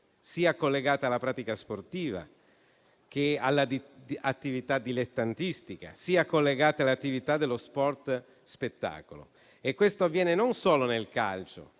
collegata sia alla pratica sportiva che all'attività dilettantistica che all'attività dello sport spettacolo. E questo avviene non solo nel calcio.